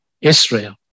Israel